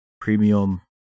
premium